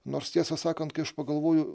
nors tiesą sakant kai aš pagalvoju